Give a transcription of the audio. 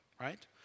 Right